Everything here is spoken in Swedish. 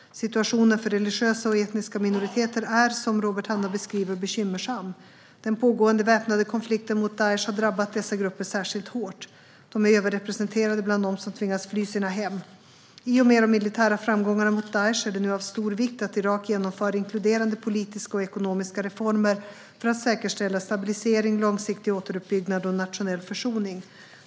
Situationen för religiösa och etniska minoriteter är, som Robert Hannah beskriver, bekymmersam. Den pågående väpnade konflikten mot Daish har drabbat dessa grupper särskilt hårt. De är överrepresenterade bland dem som tvingats fly sina hem. I och med de militära framgångarna mot Daish är det nu av stor vikt att Irak genomför inkluderande politiska och ekonomiska reformer för att säkerställa stabilisering, långsiktig återuppbyggnad och nationell försoning.